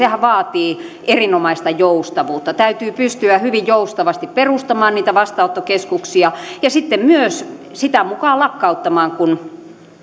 vaatii erinomaista joustavuutta täytyy pystyä hyvin joustavasti perustamaan niitä vastaanottokeskuksia ja sitten myös sitä mukaa lakkauttamaan kun